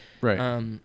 Right